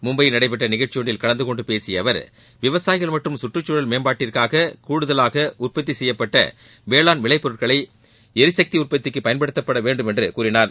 மும்பையில் நடைபெற்ற நிகழ்ச்சியொன்றில் கலந்து கொண்டு பேசிய அவர் விவசாயிகள் மற்றும் சுற்றுச்சூழல் மேம்பாட்டிற்காக கூடுதலாக உற்பத்தி செய்யப்பட்ட வேளாண் விலை பொருட்களை எரிசக்தி உற்பத்திக்கு பயன்படுத்தப்பட வேண்டும் என்று கூறினார்